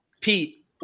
Pete